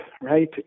right